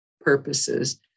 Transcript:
purposes